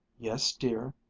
yes, dear,